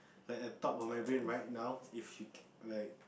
like at top of my brain right now if you like